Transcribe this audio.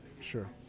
sure